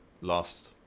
last